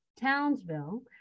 Townsville